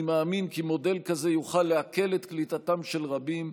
אני מאמין כי מודל כזה יוכל להקל את קליטתם של רבים,